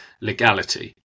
legality